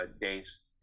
days